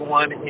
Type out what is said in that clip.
one